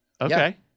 Okay